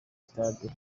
stade